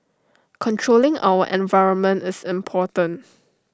controlling our environment is important